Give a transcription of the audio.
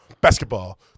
basketball